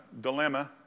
dilemma